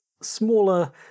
smaller